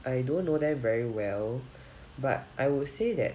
I don't know them very well but I would say that